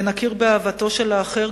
ונכיר באהבתו של האחר,